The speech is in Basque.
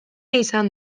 izan